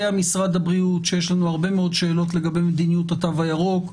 יודע משרד הבריאות שיש לנו הרבה מאוד שאלות לגבי מדיניות התו הירוק.